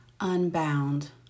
Unbound